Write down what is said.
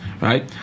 right